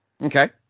Okay